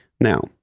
Now